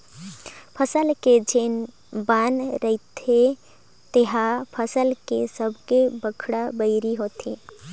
फसल के जेन बन होथे तेहर फसल के सबले बड़खा बैरी होथे